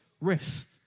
rest